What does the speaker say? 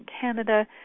Canada